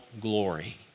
glory